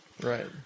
Right